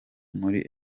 muri